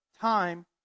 time